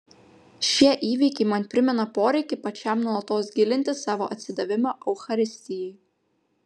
šie įvykiai man primena poreikį pačiam nuolatos gilinti savo atsidavimą eucharistijai